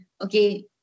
okay